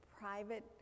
private